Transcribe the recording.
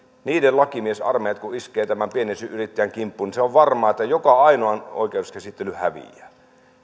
lakimiesarmeijat kun iskevät tämän pienen yrittäjän kimppuun niin se on varmaa että joka ainoan oikeuskäsittelyn häviää